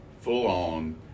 full-on